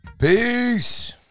Peace